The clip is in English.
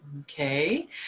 okay